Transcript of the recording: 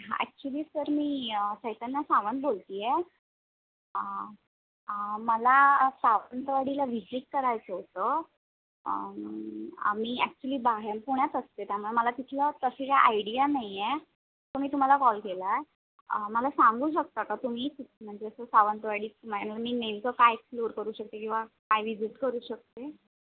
हां actually sir मी चैतन्या सावंत बोलते आहे मला सावंतवाडीला व्हिजिट करायचं होतं आम्ही ॲक्च्युली बाहेर पुण्यात असते त्यामुळे मला तिथलं तशी काय आयडिया नाही आहे तर मी तुम्हाला कॉल केला आहे मला सांगू शकता का तुम्ही म्हणजे असं सावंतवाडीत मग मी नेमकं काय एक्सप्लोर करू शकते किंवा काय विझिट करू शकते